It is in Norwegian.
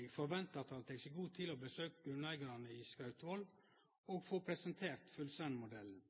Eg forventar at han tek seg god tid til å besøkje grunneigarane i Skrautvål og få presentert Fullsenn-modellen.